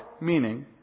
meaning